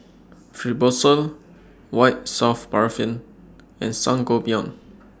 Fibrosol White Soft Paraffin and Sangobion